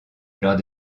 lors